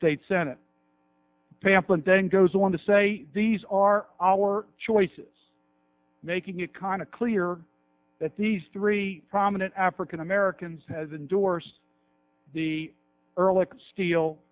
states senate pamplin then goes on to say these are our choices making it kind of clear that these three prominent african americans has endorsed the ehrlich steel